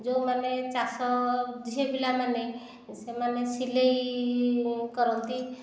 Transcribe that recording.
ଯେଉଁମାନେ ଚାଷ ଝିଅ ପିଲାମାନେ ସେମାନେ ସିଲେଇ କରନ୍ତି